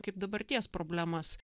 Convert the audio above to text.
kaip dabarties problemas